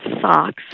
socks